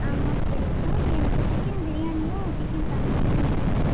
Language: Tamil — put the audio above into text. ஆ மேம் சரி மேம் எனக்கு சிக்கன் பிரியாணியும் சிக்கன் தந்தூரியும் கிடைக்கணும்